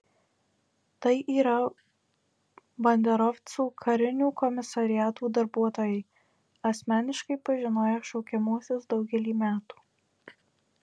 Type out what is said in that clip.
tai yra banderovcų karinių komisariatų darbuotojai asmeniškai pažinoję šaukiamuosius daugelį metų